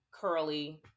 curly